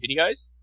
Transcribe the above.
videos